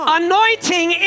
anointing